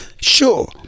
Sure